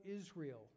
Israel